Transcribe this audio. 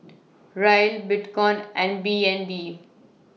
Riel Bitcoin and B N D